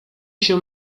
się